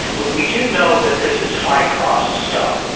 we do know that this is high cost stuff.